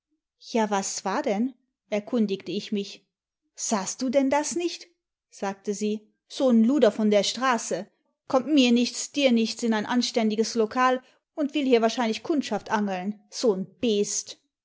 ja was war denn erkundigte ich mich sahst du denn das nicht sagte sie so n luder von der straße kommt mir nichts dir nichts in ein anständiges lokal und will hier wahrscheinlich kundschaft angeln so n beest